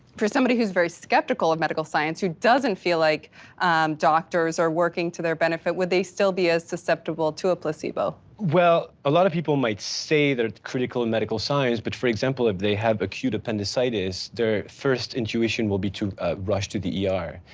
for somebody who's very skeptical of medical science, who doesn't feel like doctors are working to their benefit, would they still be as susceptible to a placebo? well, a lot of people might say they're critical of medical science. but for example, if they have acute appendicitis, their first intuition will be to rush to the yeah er.